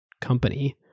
company